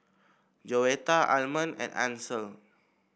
Joetta Almond and Ansel